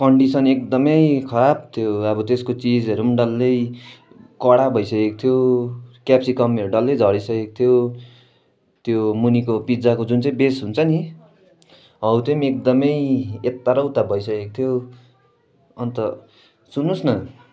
condition एकदमै खराब थियो अब त्यसको चिजहरू पनि डल्लै कडा भइसकेको थियो क्याप्सिकमहरू डल्लै झरिसकेको थियो त्यो मुनिको पिज्जाको जुन चाहिँ बेस हुन्छ नि हौ त्यो पनि एकदमै यता र उता भइसकेको थियो अन्त सुन्नुहोस् न